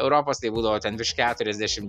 europos tai būdavo ten virš keturiasdešimt